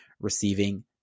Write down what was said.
receiving